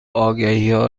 آگهیها